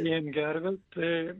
jiem gervių tai